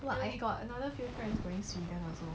but I got another few friends going sweden also